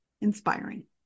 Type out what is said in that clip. inspiring